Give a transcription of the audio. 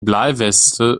bleiweste